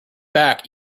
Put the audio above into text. back